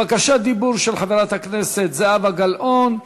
בקשת דיבור של חברת הכנסת זהבה גלאון,